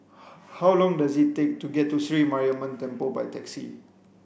how long does it take to get to Sri Mariamman Temple by taxi